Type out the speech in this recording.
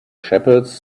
shepherds